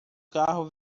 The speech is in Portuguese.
carro